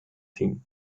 team